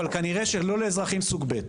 אבל כנראה שלא לאזרחים סוג ב'.